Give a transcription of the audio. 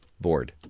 Bored